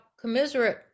commiserate